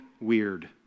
weird